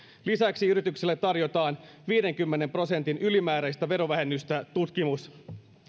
lisäksi yrityksille tarjotaan viidenkymmenen prosentin ylimääräistä verovähennystä tutkimus